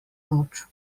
noč